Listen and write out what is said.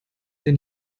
der